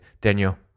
Daniel